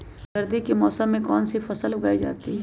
सर्दी के मौसम में कौन सी फसल उगाई जाती है?